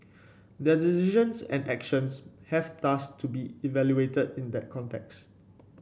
their decisions and actions have thus to be evaluated in that context